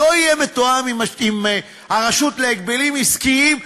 לא יהיה מתואם עם הרשות להגבלים עסקיים,